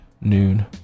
noon